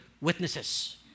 witnesses